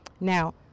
Now